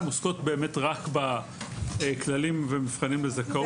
הן עוסקות באמת רק בכללים ומבחנים להסעה.